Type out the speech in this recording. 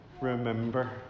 remember